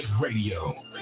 Radio